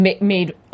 made